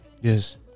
Yes